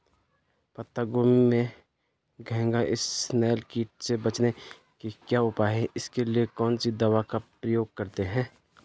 पत्ता गोभी में घैंघा इसनैल कीट से बचने के क्या उपाय हैं इसके लिए कौन सी दवा का प्रयोग करते हैं?